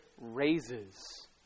raises